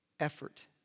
Effort